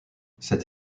cette